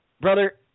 Brother